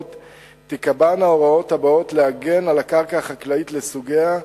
תיקבענה הוראות הבאות להגן על הקרקע החקלאית לסוגיה,